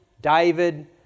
David